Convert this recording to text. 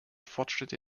fortschritte